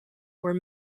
were